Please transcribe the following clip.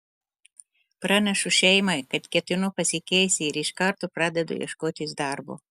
pranešu šeimai kad ketinu pasikeisti ir iš karto pradedu ieškotis darbo